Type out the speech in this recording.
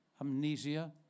amnesia